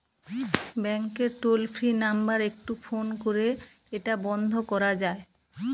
ব্যাংকের toll free number একটু phone করে এটা বন্ধ করা যায়?